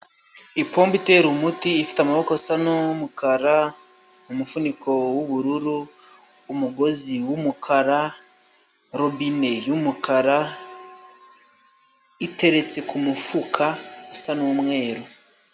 Ipombo itera umuti ifite amaboko asa n'umukara, umufuniko w'ubururu, umugozi w'umukara, robine y'umukara iteretse ku mufuka usa n'umweru.